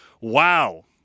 Wow